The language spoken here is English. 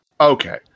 Okay